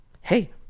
Hey